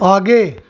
आगे